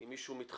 אם מישהו מתחמק